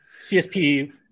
CSP